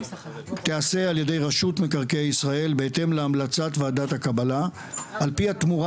תיעשה על ידי רשות מקרקעי ישראל בהתאם להמלצת ועדת הקבלה על פי התמורה